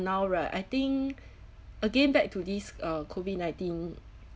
now right I think again back to this uh COVID-nineteen